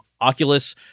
oculus